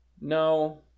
no